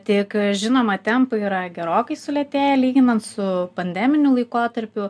tik žinoma tempai yra gerokai sulėtėję lyginant su pandeminiu laikotarpiu